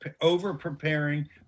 over-preparing